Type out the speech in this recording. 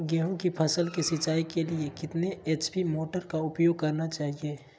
गेंहू की फसल के सिंचाई के लिए कितने एच.पी मोटर का उपयोग करना चाहिए?